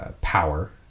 power